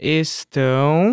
estão